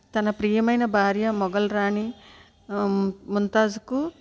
తన ప్రియమైన భార్య మొఘల్ రాణి ముంతాజ్కు